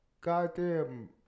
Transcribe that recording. goddamn